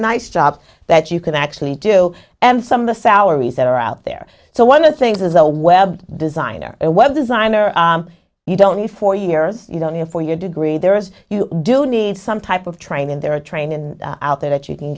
job that you can actually do and some of the salaries that are out there so one of the things as a web designer and web designer you don't need four years you know your four year degree there is you do need some type of training there are training out there that you can